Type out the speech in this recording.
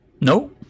No